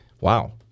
Wow